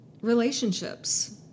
relationships